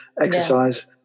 exercise